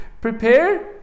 Prepare